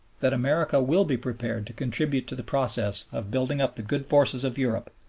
that america will be prepared to contribute to the process of building up the good forces of europe,